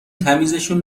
تمیزشون